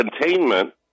containment